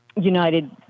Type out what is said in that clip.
United